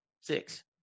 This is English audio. Six